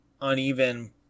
uneven